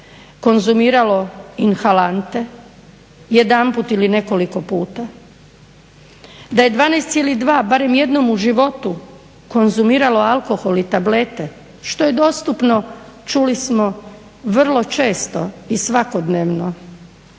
konzumiralo inhalante jedanput ili nekoliko puta. Da je 12,2 barem jednom u životu konzumiralo alkoholi i tablete što je dostupno, čuli smo, vrlo često i svakodnevno.